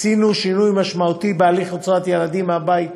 עשינו שינוי משמעותי בהליך הוצאת ילדים מהבית,